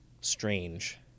strange